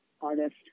artist